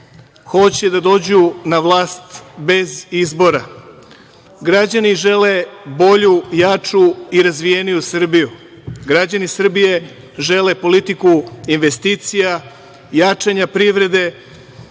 Hoće da dođu na vlast bez izbora. Građani žele bolju, jaču i razvijeniju Srbiju. Građani Srbije žele politiku investicija, jačanja privrede,